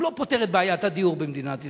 הוא לא פותר את בעיית הדיור במדינת ישראל,